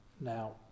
Now